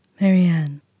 Marianne